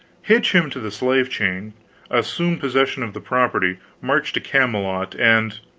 hitch him to the slave-chain, assume possession of the property, march to camelot, and